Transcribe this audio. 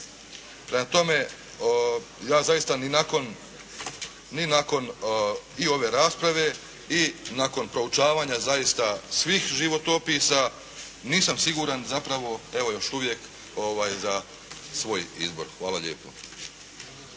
Prema tome, ja zaista ni nakon i ove rasprave i nakon proučavanja zaista svih životopisa, nisam siguran zapravo, evo još uvijek za svoj izbor. Hvala lijepo.